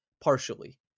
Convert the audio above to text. partially